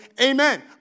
amen